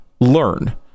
learn